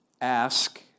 Ask